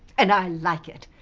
and i like it.